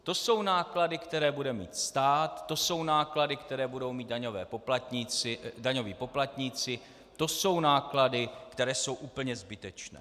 To jsou náklady, které bude mít stát, to jsou náklady, které budou mít daňoví poplatníci, to jsou náklady, které jsou úplně zbytečné.